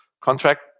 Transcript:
contract